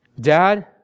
dad